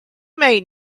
made